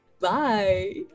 Bye